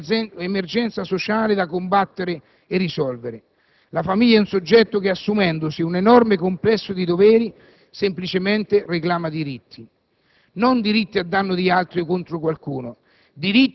credo non voglia più assistenza come se fosse una emergenza sociale da combattere e risolvere. La famiglia è un soggetto che, assumendosi un'enorme complesso di doveri, reclama semplicemente diritti: